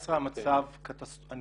אני